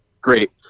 great